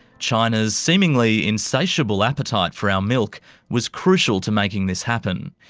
china's seemingly insatiable appetite for our milk was crucial to making this happen.